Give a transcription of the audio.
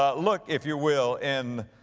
ah look if you will in,